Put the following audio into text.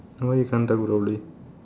why you can't talk properly